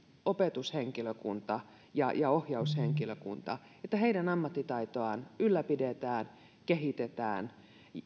opetushenkilökuntamme ja ja ohjaushenkilökuntamme ammattitaitoa ylläpidetään kehitetään